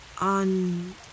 on